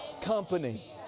company